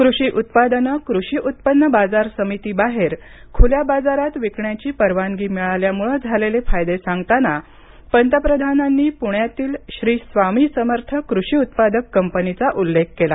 कृषी उत्पादनं कृषी उत्पन्न बाजार समितीबाहेर ख्ल्या बाजारात विकण्याची परवानगी मिळाल्यामुळे झालेले फायदे सांगताना पंतप्रधानांनी पुण्यातील श्री स्वामी समर्थ कृषी उत्पादक कंपनीचा उल्लेख केला